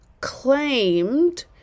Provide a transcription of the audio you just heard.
claimed